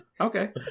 Okay